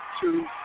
two